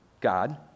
God